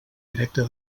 directe